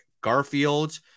Garfield